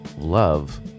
love